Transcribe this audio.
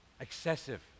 excessive